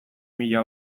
mila